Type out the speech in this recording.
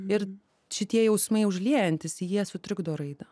ir šitie jausmai užliejantys jie sutrikdo raidą